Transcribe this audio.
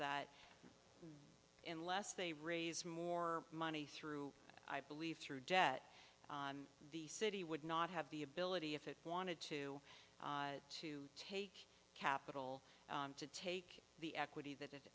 that in less they raise more money through i believe through debt the city would not have the ability if it wanted to to take capital to take the equity that it